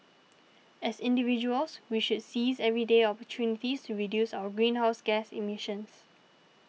as individuals we should seize everyday opportunities to reduce our greenhouse gas emissions